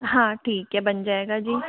हाँ ठीक है बन जाएगा जी